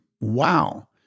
wow